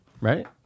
right